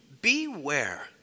Beware